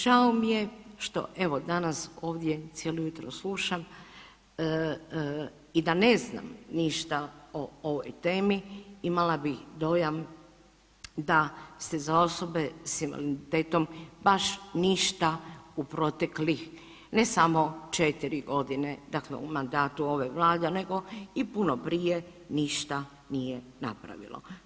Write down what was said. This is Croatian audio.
Žao mi je što evo, danas ovdje cijelo jutro slušam i da ne znam ništa o ovoj temi, imala bih dojam da ste za osobe s invaliditetom baš ništa u proteklih, ne samo 4 godine, dakle u mandatu ove Vlade, nego i puno prije ništa nije napravilo.